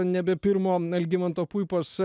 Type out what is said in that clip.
nebe pirmo algimanto puipos